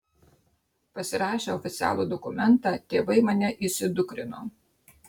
pasirašę oficialų dokumentą tėvai mane įsidukrino